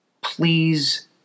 please